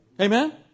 Amen